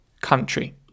country